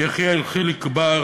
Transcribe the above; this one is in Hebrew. יחיאל חיליק בר,